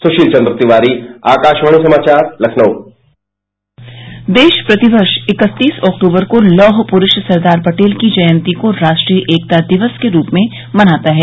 सुशील चन्द्र तिवारी आकाशवाणी समाचार लखनऊ देश प्रतिवर्ष इकत्तीस अक्तूबर को लौहपुरुष सरदार पटेल की जयंती को राष्ट्रीय एकता दिवस के रूप में मनाता है